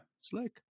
Slick